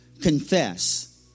Confess